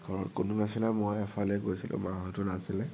ঘৰত কোনো নাছিলে মই এফালে গৈছিলো মাহঁতো নাছিলে